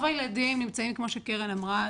כמו שקרן אמרה,